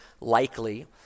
likely